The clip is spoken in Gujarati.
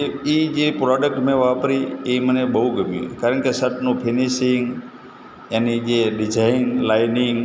એ એ જે પ્રોડક્ટ મેં વાપરી એ મને બહુ ગમી કારણ કે શર્ટનું ફિનિશિંગ એની જે ડિજાઇન લાઇનિંગ